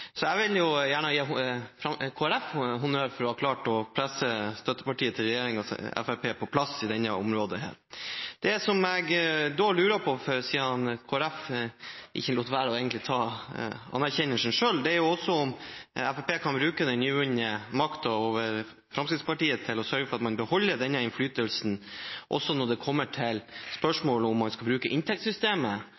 Jeg vil gjerne gi Kristelig Folkeparti honnør for å ha klart å presse støttepartiet til regjeringen, Fremskrittspartiet, på plass på dette området. Siden Kristelig Folkeparti ikke egentlig lot være å ta anerkjennelsen selv, lurer jeg på om Kristelig Folkeparti kan bruke den nyvunne makten over Fremskrittspartiet til å sørge for at man beholder denne innflytelsen også når det gjelder spørsmålet om man skal bruke inntektssystemet eller ikke for å framtvinge sammenslåinger. Kan man også bruke makten til